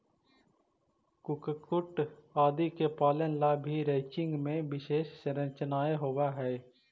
कुक्कुट आदि के पालन ला भी रैंचिंग में विशेष संरचनाएं होवअ हई